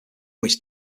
which